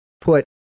put